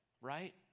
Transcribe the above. right